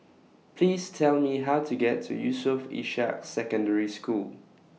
Please Tell Me How to get to Yusof Ishak Secondary School